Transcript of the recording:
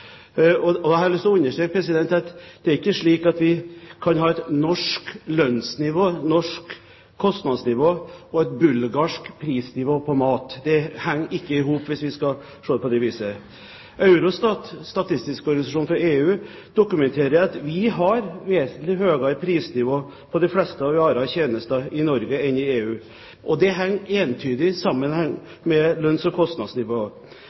Jeg har lyst til å understreke at det er ikke slik at vi kan ha et norsk lønnsnivå, et norsk kostnadsnivå og et bulgarsk prisnivå på mat. Det henger ikke i hop, hvis vi skal se det på det viset. Eurostat, EUs statistikkbyrå, dokumenterer at Norge har vesentlig høyere prisnivå på de fleste varer og tjenester enn EU. Det henger entydig sammen med lønns- og kostnadsnivå.